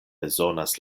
bezonas